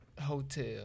Hotel